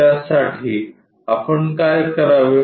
तर त्या साठी आपण काय करावे